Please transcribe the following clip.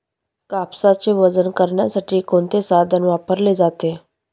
कापसाचे वजन करण्यासाठी कोणते साधन वापरले जाते?